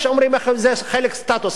יש אומרים שזה חלק מהסטטוס,